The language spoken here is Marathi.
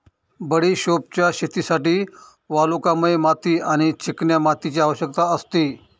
बडिशोपच्या शेतीसाठी वालुकामय माती आणि चिकन्या मातीची आवश्यकता असते